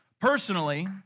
Personally